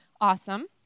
awesome